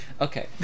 Okay